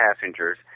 passengers